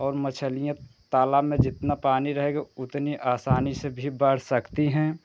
और मच्छलियाँ तालाब में जितना पानी रहेगा उतनी आसानी से भी बढ़ सकती हैं